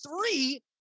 three